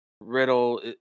Riddle